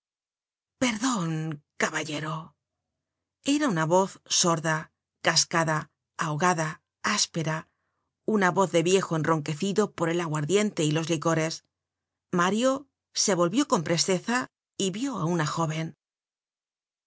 perdon caballero era una voz sorda cascada ahogada áspera una voz de viejo enronquecido por el aguardiente y los licores mario se volvió con presteza y vió á una jóven